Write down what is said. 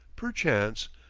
perchance,